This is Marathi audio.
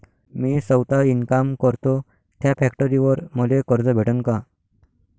मी सौता इनकाम करतो थ्या फॅक्टरीवर मले कर्ज भेटन का?